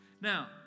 Now